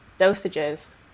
dosages